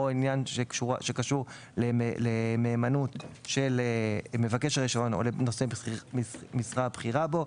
היא עניין שקשור למהימנות של מבקש הרישיון או לנושא משרה בכירה בו.